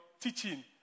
teaching